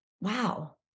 Wow